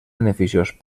beneficiós